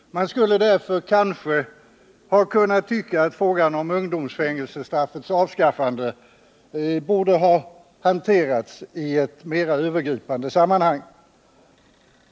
Man skulle därför kanske ha kunnat tycka att frågan om ungdomsfängelsestraffets avskaffande borde ha hanterats i ett mera övergripande sammanhang.